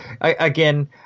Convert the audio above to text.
again